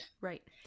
Right